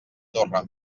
torre